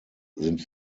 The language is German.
sind